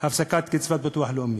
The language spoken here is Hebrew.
הפסקת קצבת ביטוח לאומי.